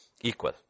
equal